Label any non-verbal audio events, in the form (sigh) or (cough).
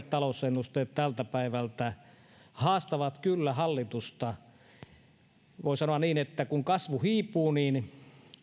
(unintelligible) talousennusteet tältä päivältä haastavat kyllä hallitusta voi sanoa niin että kun kasvu hiipuu niin